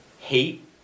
Hate